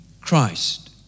Christ